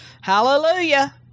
Hallelujah